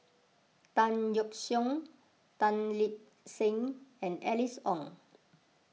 Tan Yeok Seong Tan Lip Seng and Alice Ong